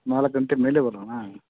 ನಾಲ್ಕು ಗಂಟೆ ಮೇಲೆ ಬರೋಣ